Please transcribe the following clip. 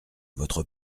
votre